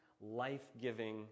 life-giving